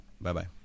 Bye-bye